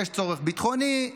יש צורך ביטחוני,